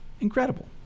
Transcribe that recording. Incredible